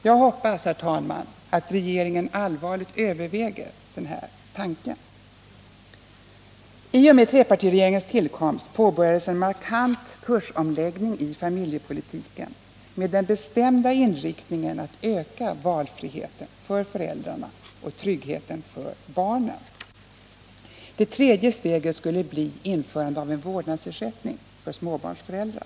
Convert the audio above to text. Jag hoppas, herr talman, att regeringen allvarligt överväger denna tanke. I och med trepartiregeringens tillkomst påbörjades en markant kursomläggning i familjepolitiken, med den bestämda inriktningen att öka valfriheten för föräldrarna och tryggheten för barnen. Det tredje steget skulle bli införande av en vårdnadsersättning för småbarnsföräldrar.